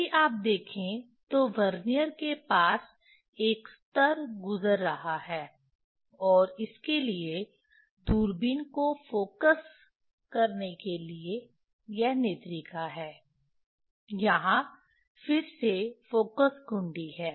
यदि आप देखें तो वर्नियर के पास एक स्तर गुजर रहा है और इसके लिए दूरबीन को फोकस करने के लिए यह नेत्रिका है यहां फिर से फ़ोकस घुंडी है